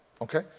Okay